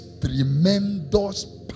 tremendous